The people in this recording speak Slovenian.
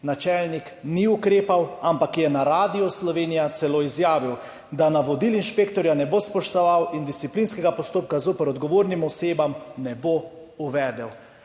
Načelnik ni ukrepal, ampak je na Radiu Slovenija celo izjavil, da navodil inšpektorja ne bo spoštoval in disciplinskega postopka zoper odgovorne osebe ne bo uvedel.